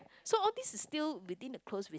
so all these is still within the close vi~